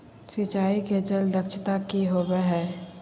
सिंचाई के जल दक्षता कि होवय हैय?